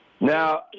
Now